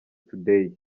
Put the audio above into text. tudeyi